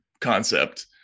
concept